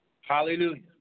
Hallelujah